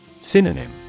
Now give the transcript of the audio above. Synonym